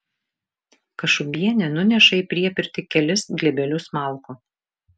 kašubienė nuneša į priepirtį kelis glėbelius malkų